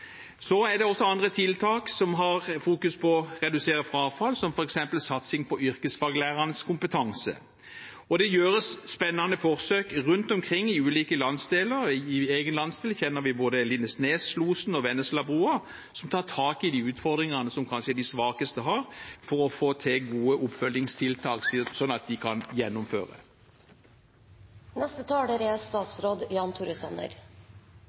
Det er også andre tiltak som fokuserer på å redusere frafall, som f.eks. satsing på yrkesfaglærernes kompetanse. Det gjøres spennende forsøk rundt omkring i ulike landsdeler. I egen landsdel kjenner vi både Lindesneslosen og Venneslabrua, som tar tak i de utfordringene som kanskje de svakeste har, for å få til gode oppfølgingstiltak sånn at de kan gjennomføre. Arbeidet for å øke gjennomføringen i videregående opplæring er